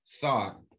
thought